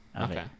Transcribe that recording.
Okay